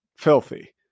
Filthy